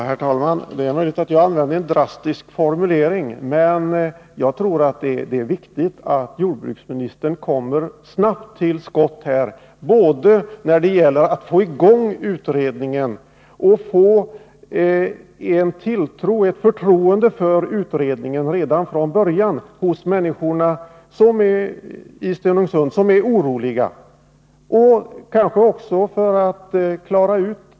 Herr talman! Det är möjligt att jag använde en drastisk formulering, men jag tror att det är viktigt att jordbruksministern snabbt kommer till skott här både när det gäller att få i gång utredningen och när det gäller att få ett förtroende för utredningen redan från början hos människorna i Stenungsund som är oroliga och vill klara ut problemen.